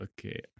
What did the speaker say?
okay